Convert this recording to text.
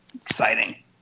Exciting